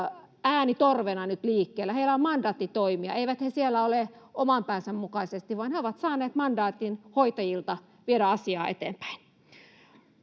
äänitorvena nyt liikkeellä. Heillä on mandaatti toimia. Eivät he siellä ole oman päänsä mukaisesti, vaan he ovat saaneet mandaatin hoitajilta viedä asiaa eteenpäin.